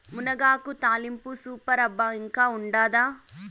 మునగాకు తాలింపు సూపర్ అబ్బా ఇంకా ఉండాదా